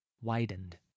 widened